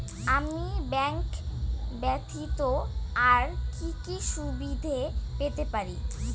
আমি ব্যাংক ব্যথিত আর কি কি সুবিধে পেতে পারি?